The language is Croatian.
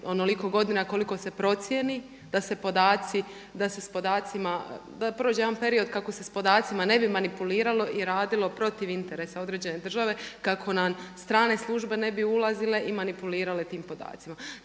onoliko godina koliko se procijeni da se podaci, da prođe jedan period kako se s podacima ne bi manipuliralo i radilo protiv interesa određene države kako nam strane službe ne bi ulazile i manipulirale tim podacima.